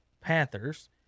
Panthers